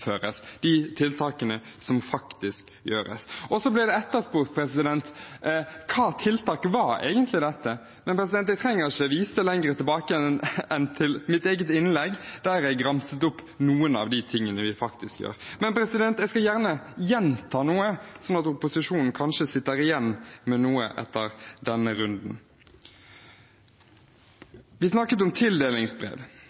glemt de tiltakene som faktisk gjennomføres, de tiltakene som faktisk gjøres. Så ble det etterspurt hvilke tiltak dette egentlig var. Jeg trenger ikke vise lenger tilbake enn til mitt eget innlegg der jeg ramset opp noen av de tingene vi gjør. Men jeg skal gjerne gjenta noen, slik at opposisjonen kanskje sitter igjen med noe etter denne